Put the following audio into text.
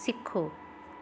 ਸਿੱਖੋ